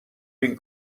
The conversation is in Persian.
این